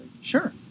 Sure